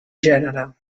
gènere